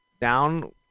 Down